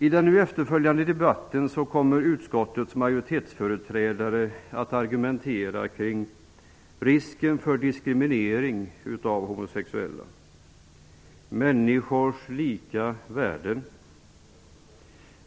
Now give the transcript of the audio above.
I den nu efterföljande debatten kommer utskottets majoritetsföreträdare att argumentera kring följande punkter: - Risken för diskriminering av homosexuella. - Människors lika värde.